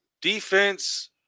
defense